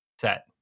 Set